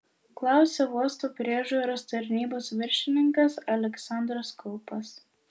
klausė uosto priežiūros tarnybos viršininkas aleksandras kaupas